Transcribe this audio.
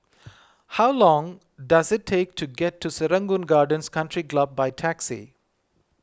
how long does it take to get to Serangoon Gardens Country Club by taxi